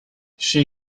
she